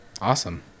Awesome